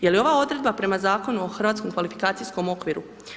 Je li ova odredba prema Zakonu o Hrvatskom kvalifikacijskom okviru?